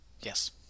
Yes